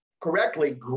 correctly